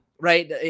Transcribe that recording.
Right